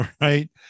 right